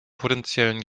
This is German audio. potenziellen